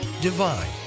Divine